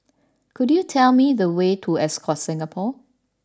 could you tell me the way to Ascott Singapore